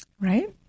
Right